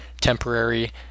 temporary